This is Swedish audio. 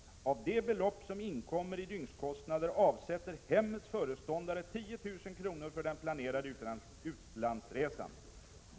Av det belopp som inkommer i dygnskostnader avsätter hemmets föreståndare 10 000 kronor för den planerade utlandsresan.